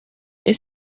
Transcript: est